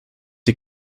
die